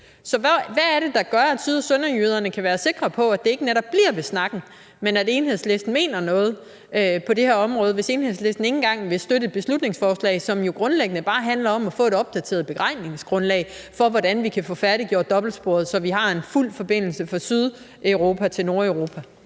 Hvad er det, der gør, at syd- og sønderjyderne kan være sikre på, at det ikke netop bliver ved snakken, men at Enhedslisten mener noget på det her område, hvis Enhedslisten ikke engang vil støtte et beslutningsforslag, som jo grundlæggende bare handler om at få et opdateret beregningsgrundlag for, hvordan vi kan få færdiggjort dobbeltsporet, så vi har en fuld forbindelse fra Sydeuropa til Nordeuropa?